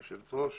כבוד היושבת-ראש